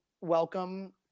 welcome